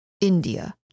india